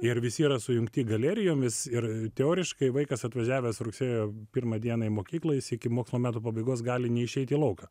ir visi yra sujungti galerijomis ir teoriškai vaikas atvažiavęs rugsėjo pirmą dieną į mokyklą iki mokslo metų pabaigos gali neišeiti į lauką